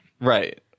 Right